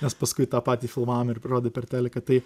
nes paskui tą patį filmavom ir parodė per teliką tai